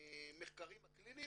המחקרים הקליניים?